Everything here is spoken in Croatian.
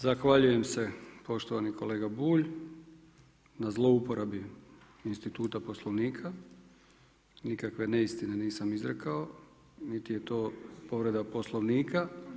Zahvaljujem se poštovani kolega Bulj na zlouporabi instituta Poslovnika, nikakve neistine nisam izrekao niti je to povreda Poslovnika.